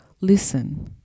Listen